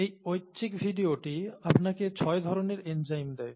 এই ঐচ্ছিক ভিডিওটি আপনাকে ছয় ধরনের এনজাইম দেয়